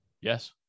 Yes